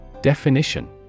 Definition